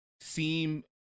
seem